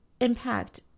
impact